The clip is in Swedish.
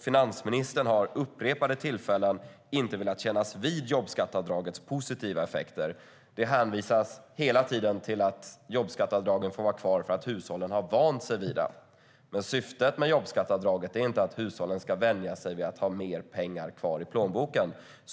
Finansministern har vid upprepade tillfällen inte velat kännas vid jobbskatteavdragets positiva effekter. Det hänvisas hela tiden till att jobbskatteavdraget får vara kvar för att hushållen har vant sig vid det. Men syftet med jobbskatteavdraget är inte att hushållen ska vänja sig vid att ha mer pengar kvar i plånboken.